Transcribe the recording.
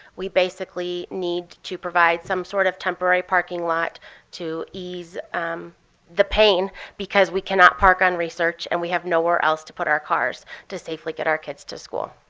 we basically need to provide some sort of temporary parking lot to ease the pain because we cannot park on research and we have nowhere else to put our cars to safely get our kids to school.